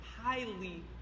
highly